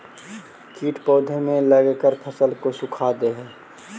कीट पौधे में लगकर फसल को सुखा दे हई